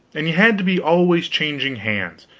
and you had to be always changing hands,